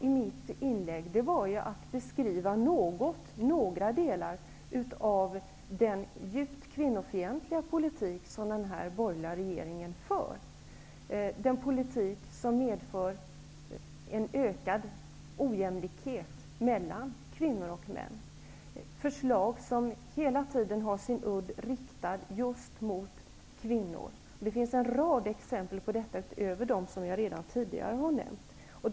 I mitt inlägg beskrev jag några delar av den djupt kvinnofientliga politik som den borgerliga regeringen för, den politik som medför en ökad ojämlikhet mellan kvinnor och män, de förslag som hela tiden har sin udd riktad just mot kvinnor. Det finns en rad exempel på detta, utöver dem som jag redan tidigare har nämnt.